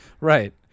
right